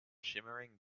shimmering